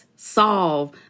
solve